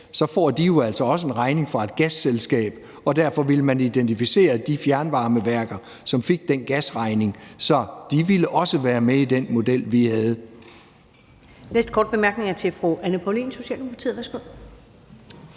så får de jo altså også en regning fra et gasselskab, og derfor ville man identificere de fjernvarmeværker, som fik den gasregning, så de også ville være med i den model, vi har.